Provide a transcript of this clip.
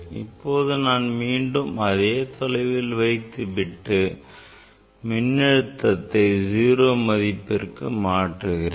இப்போது நான் மீண்டும் அதே தொலைவில் வைத்துவிட்டு மின்னழுத்தத்தை 0 மதிப்பிற்கு மாற்றுகிறேன்